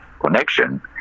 connection